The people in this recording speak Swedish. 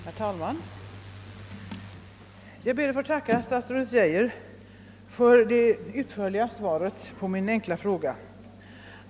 Herr talman! Jag ber att få tacka statsrådet Geijer för det utförliga svaret på min fråga.